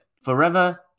forever